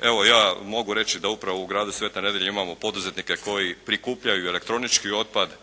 Evo, ja mogu reći da upravo u gradu Sveta Nedjelja imamo poduzetnike koji prikupljaju i elektronički otpad,